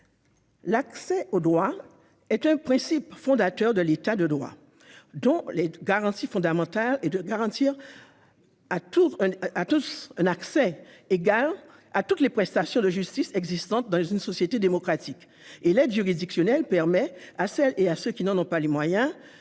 L'accès au droit est un principe fondateur de l'État de droit, dont l'une des dimensions fondamentales est de garantir à tous un accès égal à l'ensemble des prestations de justice qui existent dans une société démocratique. L'aide juridictionnelle permet à celles et ceux qui n'en ont pas les moyens